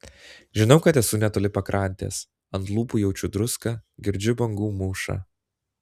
žinau kad esu netoli pakrantės ant lūpų jaučiu druską girdžiu bangų mūšą